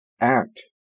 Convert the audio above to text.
act